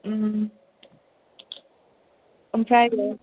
ओमफ्राय